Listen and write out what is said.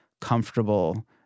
comfortable